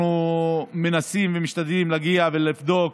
אנחנו מנסים ומשתדלים להגיע ולבדוק,